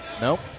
nope